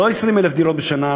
לא 20,000 דירות בשנה,